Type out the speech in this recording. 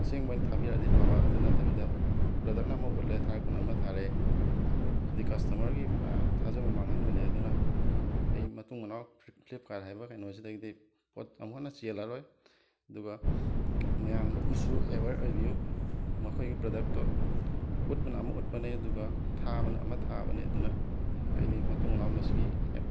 ꯑꯁꯦꯡꯕ ꯑꯣꯏꯅ ꯊꯥꯕꯤꯔꯛꯑꯗꯤ ꯐꯕ ꯑꯗꯨ ꯅꯠꯇꯕꯤꯗ ꯄ꯭ꯔꯗꯛꯅ ꯑꯃ ꯎꯠꯂꯦ ꯊꯥꯔꯛꯄꯅ ꯑꯃ ꯊꯥꯔꯛꯑꯦ ꯁꯤꯗꯤ ꯀꯁꯇꯃꯔꯒꯤ ꯄꯨꯔꯥ ꯊꯥꯖꯕ ꯃꯥꯡꯍꯟꯕꯅꯦ ꯑꯗꯨꯅ ꯑꯩ ꯃꯇꯨꯡ ꯃꯅꯥꯎ ꯐ꯭ꯂꯤ ꯐ꯭ꯂꯤꯞꯀꯥꯔꯠ ꯍꯥꯏꯕ ꯀꯩꯅꯣꯁꯤꯗꯒꯤꯗꯤ ꯄꯣꯠ ꯑꯃꯨꯛꯍꯟꯅ ꯆꯦꯜꯂꯔꯣꯏ ꯑꯗꯨꯒ ꯃꯌꯥꯝꯅꯁꯨ ꯑꯦꯋꯦꯔ ꯑꯣꯏꯕꯤꯌꯨ ꯃꯈꯣꯏꯒꯤ ꯄ꯭ꯔꯗꯛꯇꯣ ꯎꯠꯄꯅ ꯑꯃ ꯎꯠꯄꯅꯦ ꯑꯗꯨꯒ ꯊꯥꯕꯅ ꯑꯃ ꯊꯥꯕꯅꯦ ꯑꯗꯨꯅ ꯑꯩꯗꯤ ꯃꯇꯨꯡ ꯃꯅꯥꯎ ꯃꯁꯤꯒꯤ ꯑꯦꯞ